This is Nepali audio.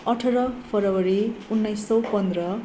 अठार फेब्रुअरी उन्नाइस सय पन्ध्र